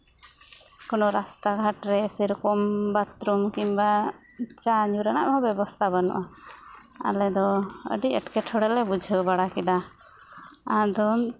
ᱠᱳᱱᱳ ᱨᱟᱥᱛᱟ ᱜᱷᱟᱴ ᱨᱮ ᱥᱮᱨᱚᱠᱚᱢ ᱵᱟᱛᱷᱨᱩᱢ ᱠᱤᱢᱵᱟ ᱪᱟ ᱧᱩ ᱨᱮᱱᱟᱜ ᱦᱚᱸ ᱵᱮᱵᱚᱥᱛᱟ ᱵᱟᱹᱱᱩᱜᱼᱟ ᱟᱞᱮ ᱫᱚ ᱟᱹᱰᱤ ᱮᱴᱠᱮᱴᱚᱬᱮ ᱞᱮ ᱵᱩᱡᱷᱟᱹᱣ ᱵᱟᱲᱟ ᱠᱮᱫᱟ ᱟᱫᱚ